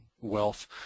wealth